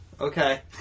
Okay